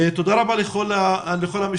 תודה רבה לכל המשתתפים,